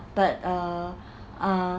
but uh uh